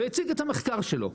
והציג את המחקר שלו,